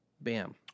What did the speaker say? bam